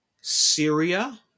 Syria